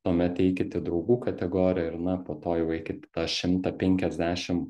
tuomet eikit į draugų kategoriją ir na po to jau eikit į tą šimtą penkiasdešim